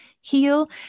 heal